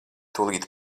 tūlīt